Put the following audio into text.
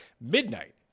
Midnight